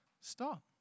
Stop